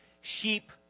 Sheep